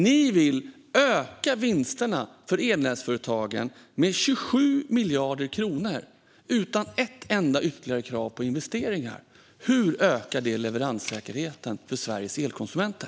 Ni vill öka vinsterna för elnätsföretagen med 27 miljarder kronor utan ett enda ytterligare krav på investeringar. Hur ökar det leveranssäkerheten för Sveriges elkonsumenter?